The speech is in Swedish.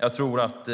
Jag tror att